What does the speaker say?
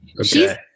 Okay